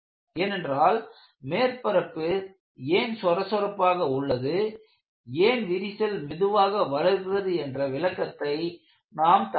ஏனென்றால் மேற்பரப்பு ஏன் சொரசொரப்பாக உள்ளது ஏன் விரிசல் மெதுவாக வளர்கிறது என்ற விளக்கத்தை நாம் தர வேண்டும்